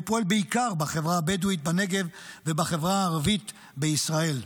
והוא פועל בעיקר בחברה הבדואית בנגב ובחברה הערבית בישראל.